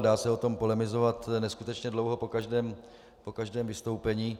Dá se o tom polemizovat neskutečně dlouho po každém vystoupení.